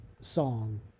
song